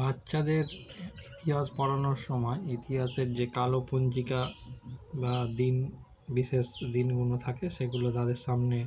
বাচ্চাদের ইতিহাস পড়ানোর সময় ইতিহাসের যে কালো পঞ্জিকা বা দিন বিশেষ দিনগুলো থাকে সেগুলো তাদের সামনে